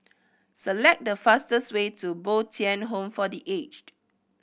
select the fastest way to Bo Tien Home for The Aged